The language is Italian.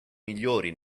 migliori